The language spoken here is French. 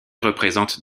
représentent